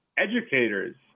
educators